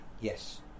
Yes